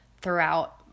throughout